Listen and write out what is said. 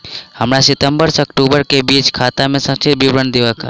हमरा सितम्बर सँ अक्टूबर केँ बीचक खाता केँ संक्षिप्त विवरण देखाऊ?